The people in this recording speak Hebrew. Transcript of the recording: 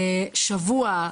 שבוע,